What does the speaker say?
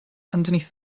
underneath